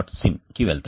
sim కి వెళతాను